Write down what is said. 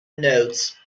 notes